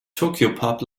tokyopop